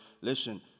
Listen